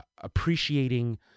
appreciating